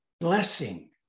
blessing